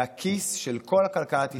והכיס של כל כלכלת ישראל יסבול.